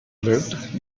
lived